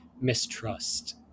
mistrust